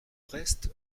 reste